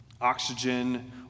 Oxygen